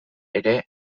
ere